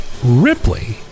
Ripley